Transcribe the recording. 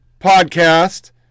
podcast